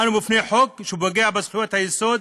אנו בפני חוק שפוגע בזכויות היסוד,